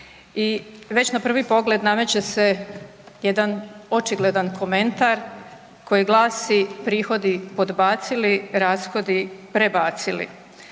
već na prvi pogled nameće se jedan očigledan komentar koji glasi prihodi podbacili, rashodi prebacili.